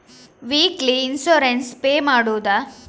Weekly insurance pay ಮಾಡುವುದ?